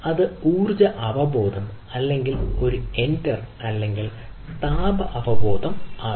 അത് ഊർജ്ജ അവബോധം അല്ലെങ്കിൽ ഒരു എൻഡർ അല്ലെങ്കിൽ താപ അവബോധം ആകാം